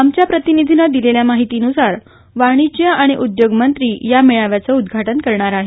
आमच्या प्रतिनिधीनं दिलेल्या माहिती नुसार वाणिज्य आणि उद्योग मंत्री या मेळाव्याचं उदघाटन करणार आहेत